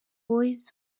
boyz